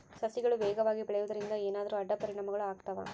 ಸಸಿಗಳು ವೇಗವಾಗಿ ಬೆಳೆಯುವದರಿಂದ ಏನಾದರೂ ಅಡ್ಡ ಪರಿಣಾಮಗಳು ಆಗ್ತವಾ?